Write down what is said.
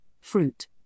fruit